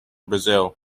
brazil